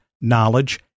knowledge